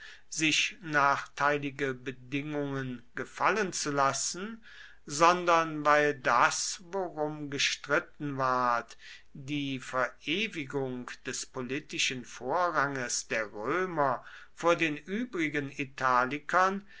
sich nachteilige bedingungen gefallen zu lassen sondern weil das worum gestritten ward die verewigung des politischen vorranges der römer vor den übrigen italikern